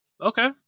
okay